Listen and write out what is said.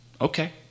Okay